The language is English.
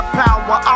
power